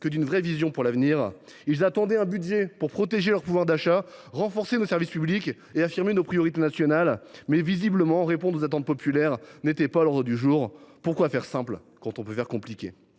que d’une véritable vision pour l’avenir. Ils attendaient un budget qui protège leur pouvoir d’achat, renforce nos services publics et affirme nos priorités nationales. Mais, visiblement, répondre aux attentes populaires n’était pas à l’ordre du jour. Pourquoi faire simple quand on peut faire compliqué ?